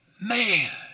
Man